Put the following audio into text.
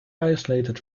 isolated